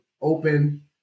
open